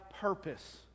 purpose